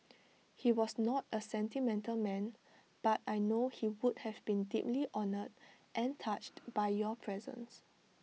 he was not A sentimental man but I know he would have been deeply honoured and touched by your presence